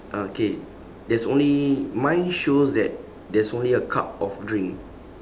okay there's only mine shows that there's only a cup of drink